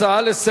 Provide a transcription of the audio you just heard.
הנושא הבא: